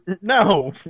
No